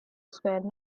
square